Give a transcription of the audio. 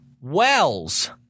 Wells